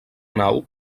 nau